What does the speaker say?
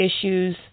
issues